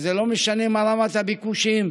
וזה לא משנה מה רמת הביקושים,